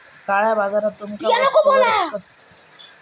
काळया बाजारात तुमका वस्तूवर कसलीही कर भरपाई करूची नसता